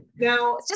Now